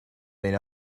been